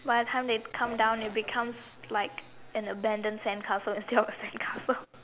by the time they come down it becomes like an abandoned sandcastle instead of a sandcastle